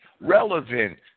relevant